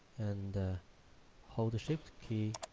and hold the shift key